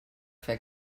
fer